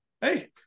hey